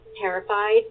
terrified